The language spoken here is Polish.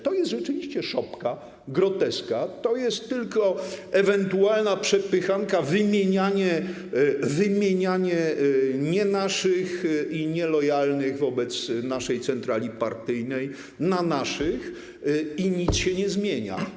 To jest rzeczywiście szopka, groteska, to jest tylko ewentualna przepychanka, wymienianie nie naszych i nielojalnych wobec naszej centrali partyjnej na naszych i nic się nie zmienia.